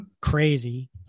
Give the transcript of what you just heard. crazy